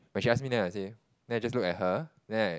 when she ask me then I will say then I just look at her then I